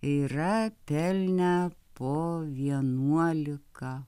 yra pelnę po vienuolika